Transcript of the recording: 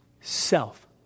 self